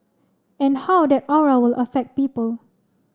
and how that aura will affect people